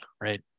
right